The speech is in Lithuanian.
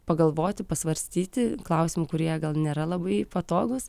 pagalvoti pasvarstyti klausimų kurie gal nėra labai patogūs